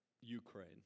Ukraine